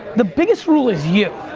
the biggest rule is you.